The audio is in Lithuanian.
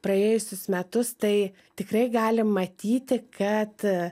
praėjusius metus tai tikrai galim matyti kad